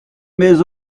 mets